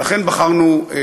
ולכן בחרנו,